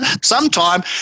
sometime